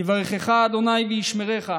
"יברכך ה' וישמרך,